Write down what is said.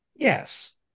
yes